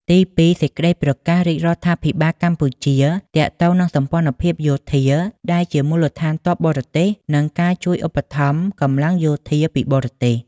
ទីពីរ សេចក្តីប្រកាសរាជរដ្ឋាភិបាលកម្ពុជា ទាក់ទងនឹងសម្ព័ន្ធភាពយោធា ដែលជាមូលដ្ឋានទ័ពបរទេស និងការជួយឧបត្ថម្ភកម្លាំងយោធាពីបរទេស។